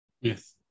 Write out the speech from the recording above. Yes